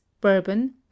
bourbon